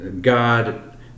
God